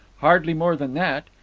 hardly more than that.